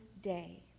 day